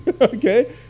Okay